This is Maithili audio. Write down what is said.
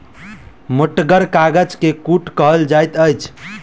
मोटगर कागज के कूट कहल जाइत अछि